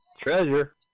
treasure